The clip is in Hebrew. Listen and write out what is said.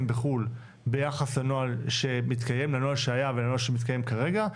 בחו"ל ביחס לנוהל שהיה ולנוהל שמתקיים כרגע,